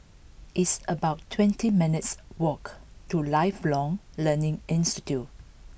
it's about twenty minutes' walk to Lifelong Learning Institute